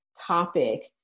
topic